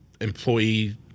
employee